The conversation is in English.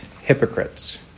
hypocrites